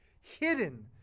hidden